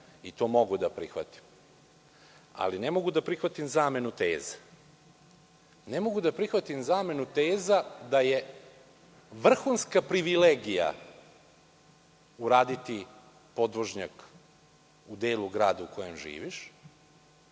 i to mogu da prihvatim. Ne mogu da prihvatim zamenu teza. Ne mogu da prihvatim zamenu teza da je vrhunska privilegija uraditi podvožnjak u delu grada u kojem živiš